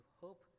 hope